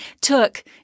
took